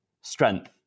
strength